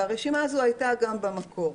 והרשימה הזו הייתה גם במקור.